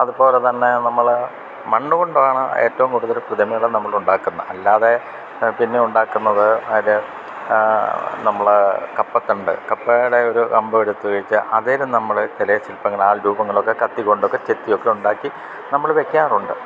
അതുപോലെ തന്നെ നമ്മൾ മണ്ണ് കൊണ്ടാണ് ഏറ്റവും കൂടുതൽ പ്രതിമകളെ നമ്മൾ ഉണ്ടാക്കുന്നെ അല്ലാതെ പിന്നെ ഉണ്ടാക്ക്ന്നത് ആല് നമ്മള് കപ്പത്തണ്ട് കപ്പേടെ ഒരു കമ്പ് എടുത്ത് വെച്ച് അതേല് നമ്മള് തെലേ ശില്പങ്ങള് ആള് രൂപങ്ങളൊക്കെ കത്തി കൊണ്ടൊക്കെ ചെത്തി ഒക്കെ ഉണ്ടാക്കി നമ്മൾ വെക്കാറൊണ്ട്